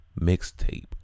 Mixtape